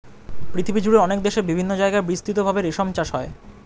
পৃথিবীজুড়ে অনেক দেশে বিভিন্ন জায়গায় বিস্তৃত ভাবে রেশম চাষ হয়